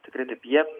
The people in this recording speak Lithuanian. tikrai taip jie